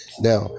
Now